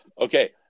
okay